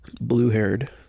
Blue-haired